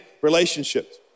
relationships